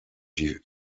die